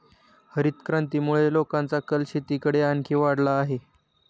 हरितक्रांतीमुळे लोकांचा कल शेतीकडे आणखी वाढला आहे